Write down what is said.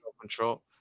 Control